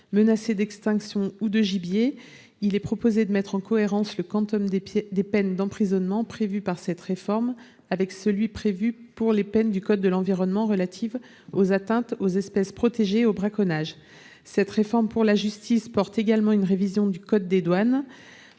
menacées d'extinction ou de gibiers, il est proposé de mettre en cohérence le quantum des peines d'emprisonnement prévu par cette réforme avec celui qui est fixé par le code de l'environnement pour les peines concernant les atteintes aux espèces protégées et le braconnage. Cette réforme pour la justice comporte également une révision du code des douanes,